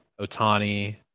Otani